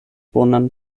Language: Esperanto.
bonan